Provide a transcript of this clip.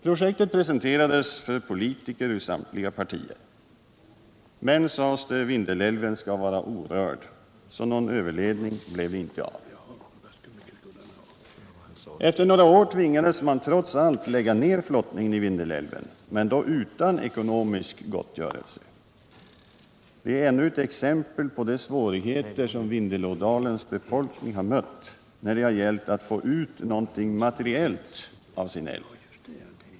Projektet presenterades för politiker ur samtliga partier. Men Vindelälven skall vara orörd, hette det, så någon överledning blev inte av. Efter några år tvingades man trots allt lägga ned flottningen i Vindelälven, men då utan ekonomisk gottgörelse. Det är ännu ett exempel på de svårigheter Vindelådalens befolkning har mött när det gällt att få ut något materiellt av sin älv.